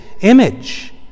image